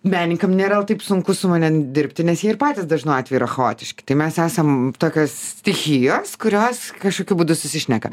menininkam nėra taip sunku su manim dirbti nes jie ir patys dažnu atveju yra chaotiški tai mes esam tokios stichijos kurios kažkokiu būdu susišneka